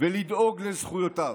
ולדאוג לזכויותיו.